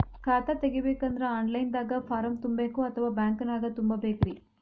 ಖಾತಾ ತೆಗಿಬೇಕಂದ್ರ online ದಾಗ ಫಾರಂ ತುಂಬೇಕೊ ಅಥವಾ ಬ್ಯಾಂಕನ್ಯಾಗ ತುಂಬ ಬೇಕ್ರಿ?